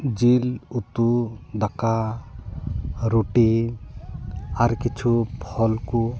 ᱡᱤᱞ ᱩᱛᱩ ᱫᱟᱠᱟ ᱨᱩᱴᱤ ᱟᱨ ᱠᱤᱪᱷᱩ ᱯᱷᱚᱞ ᱠᱚ